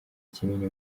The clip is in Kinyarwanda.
kinini